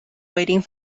waiting